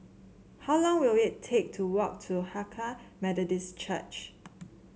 how long will it take to walk to Hakka Methodist Church